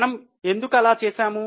మనం ఎందుకు అలా చేశాము